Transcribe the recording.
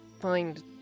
find